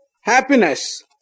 happiness